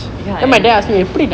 ya